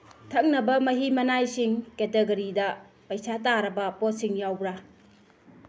ꯊꯛꯅꯕ ꯃꯍꯤ ꯃꯅꯥꯏꯁꯤꯡ ꯀꯦꯇꯒꯣꯔꯤꯗ ꯄꯩꯁꯥ ꯇꯥꯔꯕ ꯄꯣꯠꯁꯤꯡ ꯌꯥꯎꯕ꯭ꯔ